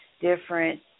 different